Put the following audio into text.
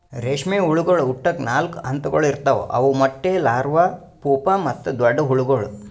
ರೇಷ್ಮೆ ಹುಳಗೊಳ್ ಹುಟ್ಟುಕ್ ನಾಲ್ಕು ಹಂತಗೊಳ್ ಇರ್ತಾವ್ ಅವು ಮೊಟ್ಟೆ, ಲಾರ್ವಾ, ಪೂಪಾ ಮತ್ತ ದೊಡ್ಡ ಹುಳಗೊಳ್